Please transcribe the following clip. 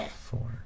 four